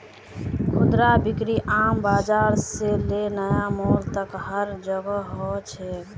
खुदरा बिक्री आम बाजार से ले नया मॉल तक हर जोगह हो छेक